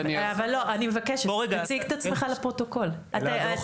אני